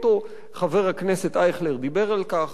חבר הכנסת אייכלר דיבר על כך,